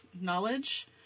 knowledge